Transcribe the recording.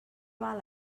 val